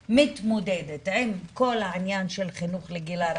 מתמודדת עם כל העניין של חינוך לגיל הרך,